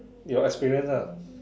your experience ah